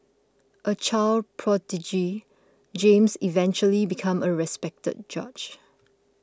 a child prodigy James eventually became a respected judge